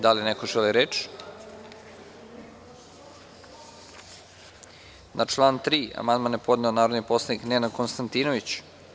Da li neko želi reč? (Ne.) Na član 3. amandman je podneo narodni poslanik Nenad Konstantinović.